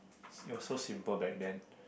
it was so simple back then